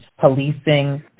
policing